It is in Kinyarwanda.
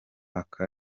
aka